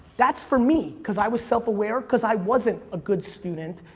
that's for me because i was self-aware because i wasn't a good student,